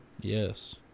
Yes